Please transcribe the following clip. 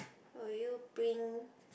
will you bring